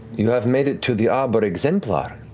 you have made it to the arbor exemplar.